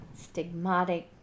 stigmatic